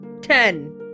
Ten